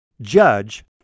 judge